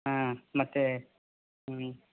ಹಾಂ ಮತ್ತೆ ಹ್ಞೂ